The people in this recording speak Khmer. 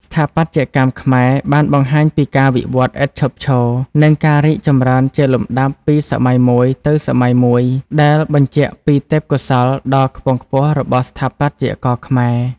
ស្ថាបត្យកម្មខ្មែរបានបង្ហាញពីការវិវត្តន៍ឥតឈប់ឈរ និងការរីកចម្រើនជាលំដាប់ពីសម័យមួយទៅសម័យមួយ ដែលបញ្ជាក់ពីទេពកោសល្យដ៏ខ្ពង់ខ្ពស់របស់ស្ថាបត្យករខ្មែរ។